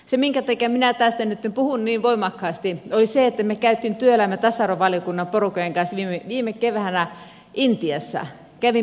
se minkä takia minä tästä nytten puhun niin voimakkaasti johtuu siitä että me kävimme työelämä ja tasa arvovaliokunnan porukoiden kanssa viime keväänä intiassa kävimme mumbain kaupungissa